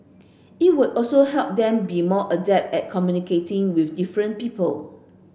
it would also help them be more adept at communicating with different people